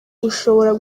ushobora